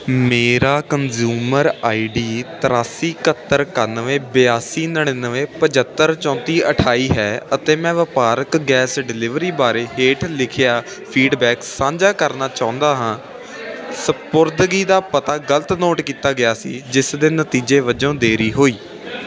ਮੇਰਾ consumer ID ਤਿਰਾਸੀ ਇਕਹੱਤਰ ਇਕੱਨਵੇਂ ਬਿਆਸੀ ਨੜਿੱਨਵੇਂ ਪਚੱਤਰ ਚੌਂਤੀ ਅਠਾਈ ਹੈ ਅਤੇ ਮੈਂ ਵਪਾਰਕ ਗੈਸ ਡਿਲੀਵਰੀ ਬਾਰੇ ਹੇਠ ਲਿਖਿਆ ਫੀਡਬੈਕ ਸਾਂਝਾ ਕਰਨਾ ਚਾਹੁੰਦਾ ਹਾਂ ਸਪੁਰਦਗੀ ਦਾ ਪਤਾ ਗਲਤ ਨੋਟ ਕੀਤਾ ਗਿਆ ਸੀ ਜਿਸ ਦੇ ਨਤੀਜੇ ਵੱਜੋਂ ਦੇਰੀ ਹੋਈ